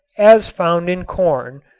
as found in corn,